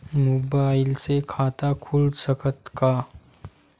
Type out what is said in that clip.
Mobile से खाता खुल सकथे का?